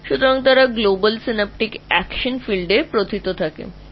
সুতরাং তারা global synaptic action field এ ঢুকে আছে